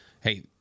hey